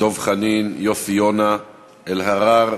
דב חנין, יוסי יונה, אלהרר,